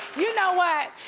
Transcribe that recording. you know what?